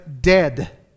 dead